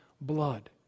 blood